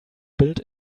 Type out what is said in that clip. built